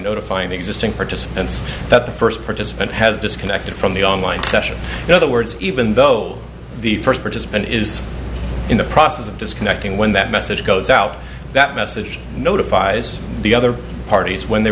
notifying existing participants that the first participant has disconnected from the online session in other words even though the first participant is in the process of disconnecting when that message goes out that message notifies the other parties when they